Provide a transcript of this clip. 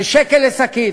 של שקל לשקית,